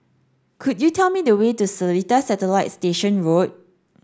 could you tell me the way to Seletar Satellite Station Road